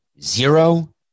Zero